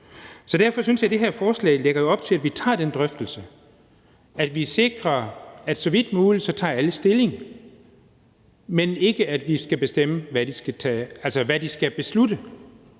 Derfor synes jeg jo, det her forslag lægger op til, at vi tager den drøftelse, hvor vi sikrer, at alle så vidt muligt tager stilling. Men det betyder ikke, at vi skal bestemme, hvad de skal beslutte.